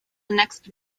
annexed